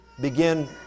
begin